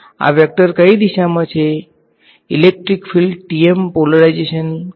આ વેક્ટર કઈ દિશામાં છે ઇલેક્ટ્રિક ફીલ્ડ TM પોલરાઈજેશનમા કઈ દિશામાં છે